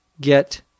get